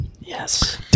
Yes